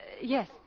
Yes